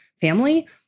family